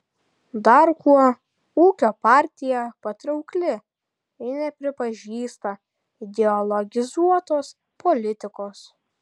dar kuo ūkio partija patraukli ji nepripažįsta ideologizuotos politikos